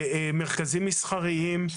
מרכזים מסחריים,